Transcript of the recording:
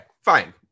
fine